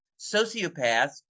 sociopaths